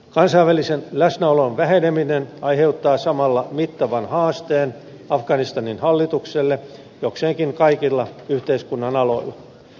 kansainvälisen läsnäolon väheneminen aiheuttaa samalla mittavan haasteen afganistanin hallitukselle jokseenkin kaikilla yhteiskunnan aloilla